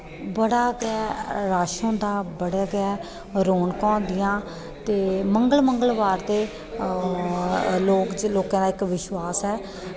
बड़ा गै रश होंदा बड़ा गै रौनकां होंदियां ते मंगल मंगलबार ते लोक च लोकें दा इक विश्वास ऐ